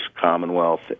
commonwealth